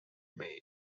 mae